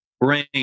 brain